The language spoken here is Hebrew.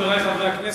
חברי חברי הכנסת,